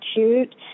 Institute